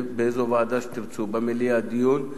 באיזו ועדה שתרצו דיון,